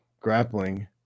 grappling